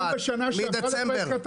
מדצמבר.